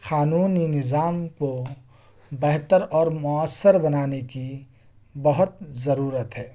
قانونی نظام کو بہتر اور موثر بنانے کی بہت ضرورت ہے